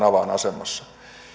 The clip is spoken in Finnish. avainasemassa